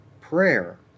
Prayer